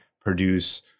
produce